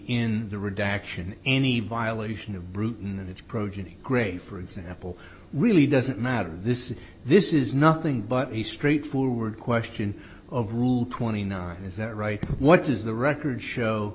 in the redaction any violation of brewton and its progeny grey for example really doesn't matter this is this is nothing but a straightforward question of rule twenty nine is that right what does the record show